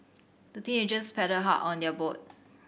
the teenagers paddled hard on their boat